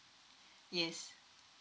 yes